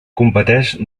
competeix